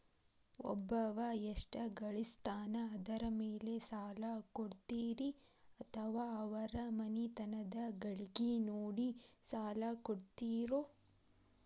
ಒಬ್ಬವ ಎಷ್ಟ ಗಳಿಸ್ತಾನ ಅದರ ಮೇಲೆ ಸಾಲ ಕೊಡ್ತೇರಿ ಅಥವಾ ಅವರ ಮನಿತನದ ಗಳಿಕಿ ನೋಡಿ ಸಾಲ ಕೊಡ್ತಿರೋ?